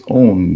own